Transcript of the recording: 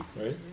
right